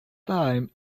time